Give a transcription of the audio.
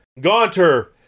Gaunter